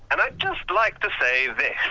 and i'd just like to say this